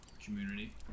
community